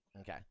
Okay